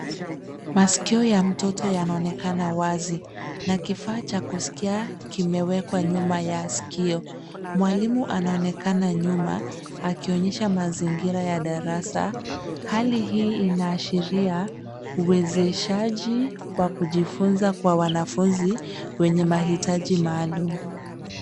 Maskio ya mtoto yanaonekana wazi, na kifaa cha kusikia kimewekwa nyuma ya sikio. Mwalimu anaonekana nyuma. akionyesha mazingira ya darasa. Hali hii inaashiria uwezeshaji wa kujifunza kwa wanafunzi wenye mahitaji maalum.